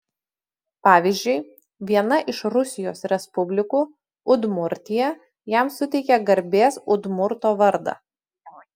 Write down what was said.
pavyzdžiui viena iš rusijos respublikų udmurtija jam suteikė garbės udmurto vardą